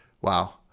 wow